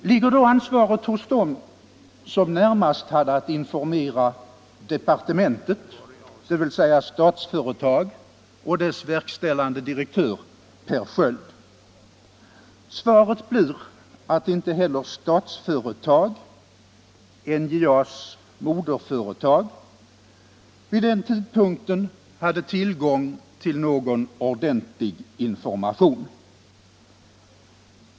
Ligger då ansvaret hos dem som närmast hade att informera departementet, dvs. Statsföretag och dess verkställande direktör, herr Sköld? Svaret blir att inte heller Statsföretag, NJA:s moderföretag, vid den tidpunkten hade tillgång till någon ordentlig information.